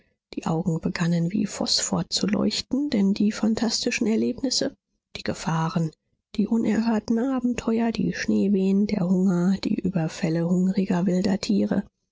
die augen begannen wie phosphor zu leuchten denn die phantastischen erlebnisse die gefahren die unerhörten abenteuer die schneewehen der hunger die überfälle hungriger wilder tiere